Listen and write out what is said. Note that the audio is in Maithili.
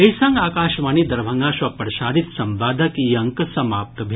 एहि संग आकाशवाणी दरभंगा सँ प्रसारित संवादक ई अंक समाप्त भेल